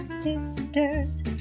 sisters